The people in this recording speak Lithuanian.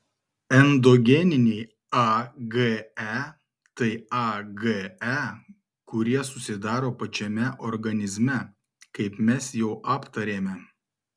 endogeniniai age tai age kurie susidaro pačiame organizme kaip mes jau aptarėme